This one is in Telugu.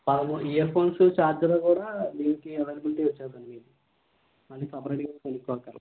పదమూడు ఇయర్ఫోన్సు చార్జరు కూడా దీనికి అవైలబిలిటీ వచ్చేద్దండి మీకు మళ్ళీ సెపరేట్గా కొనుక్కో అక్కర్లేదు